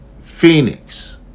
Phoenix